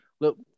look